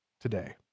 today